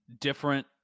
different